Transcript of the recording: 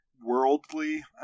worldly